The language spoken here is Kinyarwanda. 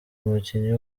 umukinyi